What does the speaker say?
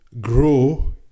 grow